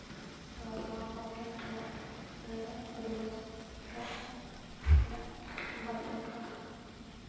ᱛᱚ ᱱᱚᱣᱟ ᱠᱚᱜᱮ ᱤᱧᱟᱹᱜ ᱞᱟᱹᱭᱫᱚ ᱵᱚᱰᱤ ᱚᱣᱟᱥ ᱫᱚ ᱤᱧᱟᱹᱜ ᱵᱟᱹᱲᱤᱡ ᱟᱹᱭᱠᱟᱹᱣ